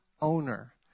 owner